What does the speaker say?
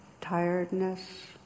tiredness